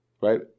Right